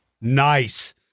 Nice